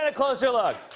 and closer look.